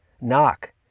Knock